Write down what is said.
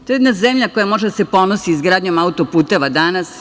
To je jedna zemlja koja može da se ponosi izgradnjom auto-puteva danas.